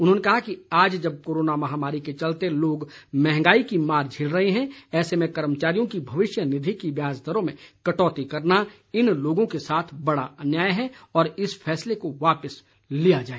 उन्होंने कहा कि आज जब कोरोना महामारी के चलते लोग महंगाई की मार झेल रहे हैं ऐसे में कर्मचारियों की भविष्य निधि की ब्याज दरों में कटौती करना इन लोगों के साथ बड़ा अन्याय है और इस फैसले को वापिस लिया जाए